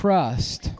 Trust